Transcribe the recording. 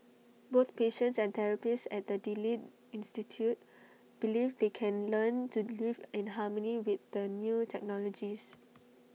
both patients and therapists at the delete institute believe they can learn to live in harmony with the new technologies